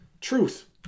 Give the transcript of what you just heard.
truth